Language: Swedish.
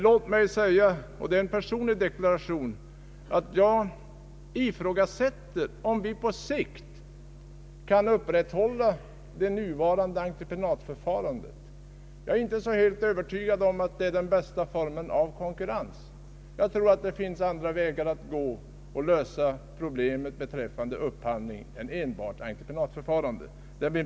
Jag ifrågasätter — det är en personlig deklaration — om vi på sikt kan upprätthålla det nuvarande entreprenadförfarandet. Jag är inte så helt övertygad om att det är den bästa formen av konkurrens. Jag tror att det finns andra vägar att lösa problemet beträffande upphandlingen än enbart entreprenadförfarandet.